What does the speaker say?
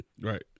Right